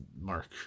Mark